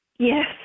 Yes